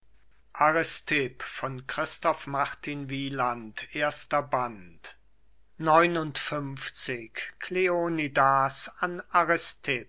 nahmen christoph martin wieland i aristipp an kleonidas in